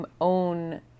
own